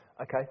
okay